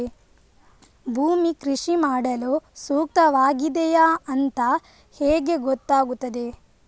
ಭೂಮಿ ಕೃಷಿ ಮಾಡಲು ಸೂಕ್ತವಾಗಿದೆಯಾ ಅಂತ ಹೇಗೆ ಗೊತ್ತಾಗುತ್ತದೆ?